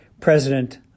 president